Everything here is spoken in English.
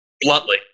Bluntly